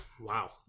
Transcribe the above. Wow